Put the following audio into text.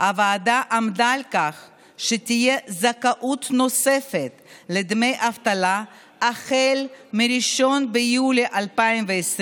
הוועדה עמדה על כך שתהיה זכאות נוספת לדמי אבטלה החל מ-1 ביולי 2020,